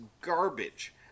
garbage